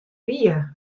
wie